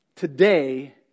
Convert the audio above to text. Today